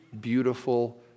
beautiful